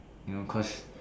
you know cause